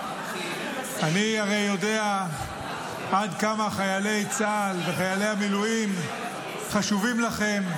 אני הרי יודע עד כמה חיילי צה"ל וחיילי המילואים חשובים לכם,